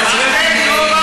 אתם מסלפים את ההיסטוריה.